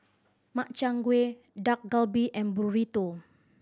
Makchang Gui Dak Galbi and Burrito